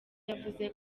yavuze